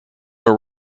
are